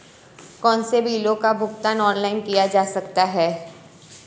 कौनसे बिलों का भुगतान ऑनलाइन किया जा सकता है?